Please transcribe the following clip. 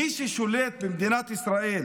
מי ששולט במדינת ישראל